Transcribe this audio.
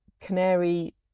Canary